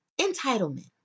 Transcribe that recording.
entitlement